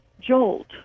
jolt